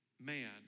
man